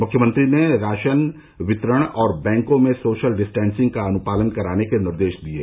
मुख्यमंत्री ने राशन वितरण और बैंकों में सोशल डिस्टेंसिंग का अनुपालन कराने के निर्देश भी दिये